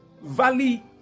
Valley